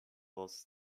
was